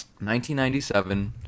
1997